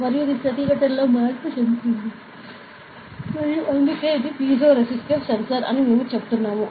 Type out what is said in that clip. మరియు ఇది ప్రతిఘటనలో మార్పు చెందుతుంది మరియు అందుకే ఇది పైజోరేసిటివ్ సెన్సార్ అని మేము చెప్తున్నాము